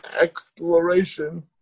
exploration